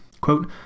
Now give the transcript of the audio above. quote